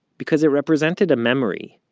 because it represented a memory.